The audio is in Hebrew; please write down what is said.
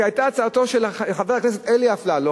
זו היתה הצעת חוק של חבר הכנסת אלי אפללו,